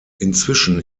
inzwischen